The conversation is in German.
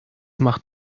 macht